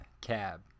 cab